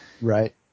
Right